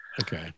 Okay